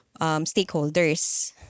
stakeholders